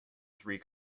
three